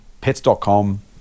Pets.com